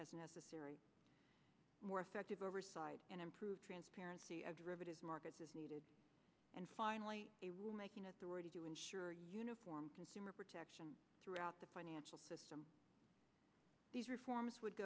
as necessary more effective oversight and improve transparency of derivatives markets is needed and finally a rule making authority to ensure uniform consumer protection throughout the financial system these reforms would